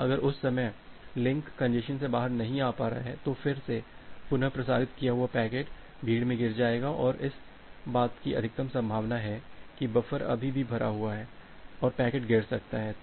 अगर उस समय लिंक कंजेशन से बाहर नहीं आ पा रहा है तो फिर से पुनः प्रसारित किया हुआ पैकेट भीड़ में गिर जाएगा और इस बात की अधिक संभावना है कि बफर अभी भी भरा हुआ है और पैकेट गिरा सकता है